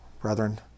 brethren